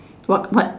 what what